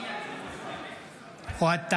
אוהד טל,